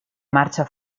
marcia